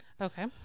Okay